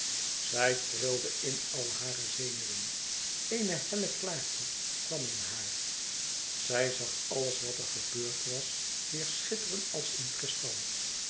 zij trilde in al hare zenuwen eene helle klaarte kwam in haar zij zag alles wat er gebeurd was weêrschitteren als in kristal